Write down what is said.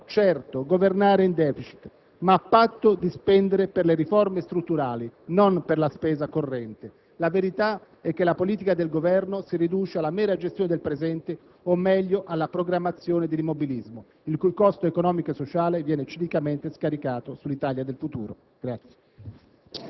Si può, certo, governare in *deficit*, ma a patto di spendere per le riforme strutturali, non per la spesa corrente. La verità è che la politica del Governo si riduce alla mera gestione del presente o meglio alla programmazione dell'immobilismo, il cui costo economico e sociale viene cinicamente scaricato sull'Italia del futuro.